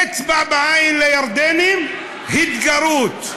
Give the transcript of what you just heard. אצבע בעין לירדנים, התגרות.